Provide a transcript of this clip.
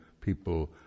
people